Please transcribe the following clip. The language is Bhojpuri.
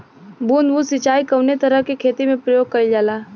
बूंद बूंद सिंचाई कवने तरह के खेती में प्रयोग कइलजाला?